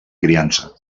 criança